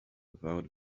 without